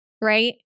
Right